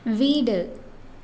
வீடு